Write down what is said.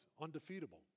undefeatable